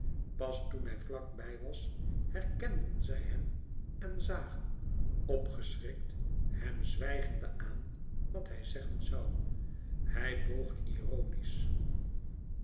pas toen hij vlak bij was herkenden zij hem en zagen opgeschrikt hem zwijgende aan wat hij zeggen zoû hij boog